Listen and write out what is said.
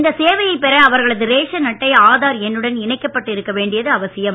இந்த சேவையைப் பெற அவர்களது ரேஷன் அட்டை ஆதார் எண்ணுடன் இணைக்கப்பட்டு இருக்க வேண்டியது அவசியம்